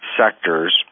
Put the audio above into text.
sectors